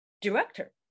director